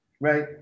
right